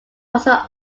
also